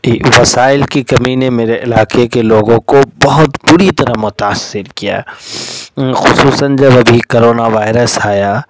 وسائل کی کمی نے میرے علاقے کے لوگوں کو بہت بری طرح متاثر کیا خصوصاً جب ابھی کرونا وائرس آیا